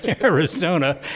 Arizona